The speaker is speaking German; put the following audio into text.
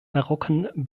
barocken